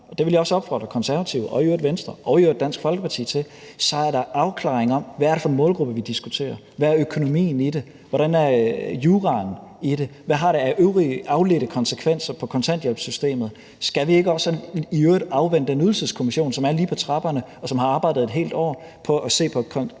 – det vil jeg også opfordre Konservative og i øvrigt Venstre og Dansk Folkeparti til – er der en afklaring af, hvad det er for en målgruppe, vi diskuterer her, hvad økonomien i det er, hvordan juraen i det er, hvad det har af øvrige afledte konsekvenser på kontanthjælpssystemet. Skal vi i øvrigt ikke også afvente den ydelseskommission, som er lige på trapperne, og som har arbejdet et helt år med at se på kontanthjælpssatserne?